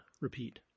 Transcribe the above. repeat